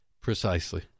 Precisely